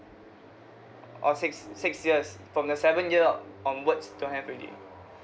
orh six six years from the seven year onwards don't have already